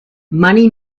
money